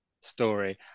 story